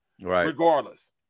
regardless